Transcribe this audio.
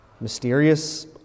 mysterious